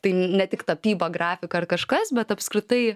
tai ne tik tapyba grafika ar kažkas bet apskritai